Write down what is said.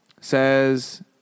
says